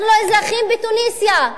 אנחנו לא אזרחים בתוניסיה,